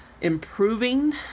improving